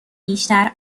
بیشتر